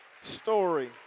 story